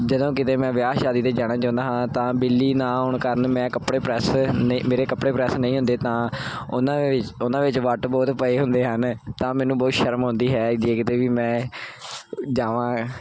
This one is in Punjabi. ਜਦੋਂ ਕਿਤੇ ਮੈਂ ਵਿਆਹ ਸ਼ਾਦੀ 'ਤੇ ਜਾਣਾ ਚਾਹੁੰਦਾ ਹਾਂ ਤਾਂ ਬਿਜਲੀ ਨਾ ਆਉਣ ਕਰਨ ਮੈਂ ਕੱਪੜੇ ਪ੍ਰੈਸ ਨਹੀਂ ਮੇਰੇ ਕੱਪੜੇ ਪ੍ਰੈਸ ਨਹੀਂ ਹੁੰਦੇ ਤਾਂ ਉਹਨਾਂ ਦੇ ਵਿੱਚ ਉਹਨਾਂ ਵਿੱਚ ਵੱਟ ਬਹੁਤ ਪਏ ਹੁੰਦੇ ਹਨ ਤਾਂ ਮੈਨੂੰ ਬਹੁਤ ਸ਼ਰਮ ਆਉਂਦੀ ਹੈ ਜੇ ਕਿਤੇ ਵੀ ਮੈਂ ਜਾਵਾਂ